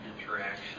interaction